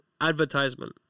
advertisement